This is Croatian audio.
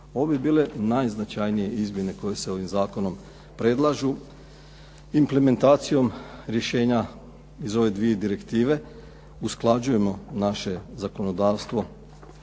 Ovo bi bile najznačajnije izmjene koje se ovim zakonom predlažu. Implementacijom rješenja iz ove dvije direktive usklađujemo naše zakonodavstvo